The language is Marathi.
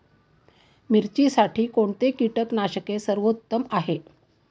मिरचीसाठी कोणते कीटकनाशके सर्वोत्तम आहे?